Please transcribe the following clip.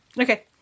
Okay